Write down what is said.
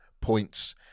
points